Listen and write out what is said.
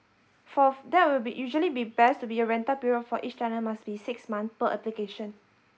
for that will be usually be best to be a rental period for each tenant must be six month per application